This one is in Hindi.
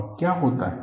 और क्या होता है